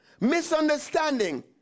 misunderstanding